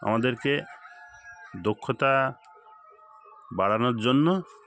আমাদেরকে দক্ষতা বাড়ানোর জন্য